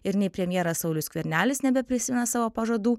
ir nei premjeras saulius skvernelis nebeprisimena savo pažadų